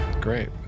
Great